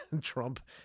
Trump